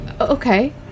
Okay